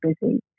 busy